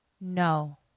No